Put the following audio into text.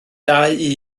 dau